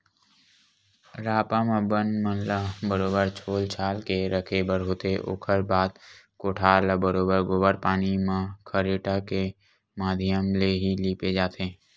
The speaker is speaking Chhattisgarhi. रापा म बन मन ल बरोबर छोल छाल के रखे बर होथे, ओखर बाद कोठार ल बरोबर गोबर पानी म खरेटा के माधियम ले ही लिपे जाथे